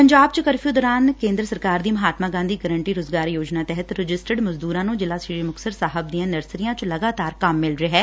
ਪੰਜਾਬ ਚ ਕਰਫਿਊ ਦੌਰਾਨ ਕੇਂਦਰ ਸਰਕਾਰ ਦੀ ਮਹਾਤਮਾ ਗਾਂਧੀ ਗਾਰੰਟੀ ਰੁਜ਼ਗਾਰ ਯੋਜਨਾ ਤਹਿਤ ਰਜਿਸਟਰਡ ਮਜ਼ਦੁਰਾਂ ਨੂੰ ਜ਼ਿਲ੍ਹਾ ਸ੍ਰੀ ਮੁਕਤਸਰ ਸਾਹਿਬ ਦੀਆਂ ਨਰਸਰੀਆਂ ਵਿੱਚ ਲਗਾਤਾਰ ਕੰਮ ਮਿਲ ਰਿਹਾ ਐ